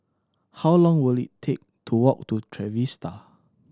how long will it take to walk to Trevista